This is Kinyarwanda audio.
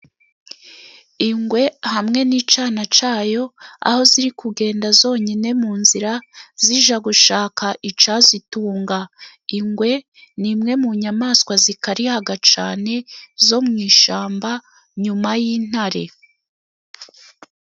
Ingwe hamwe n'icyana cyayo, aho ziri kugenda zonyine mu nzira zijya gushaka icyazitunga. Ingwe ni imwe mu nyamaswa zikariha cyane zo mu ishyamba nyuma y'intare.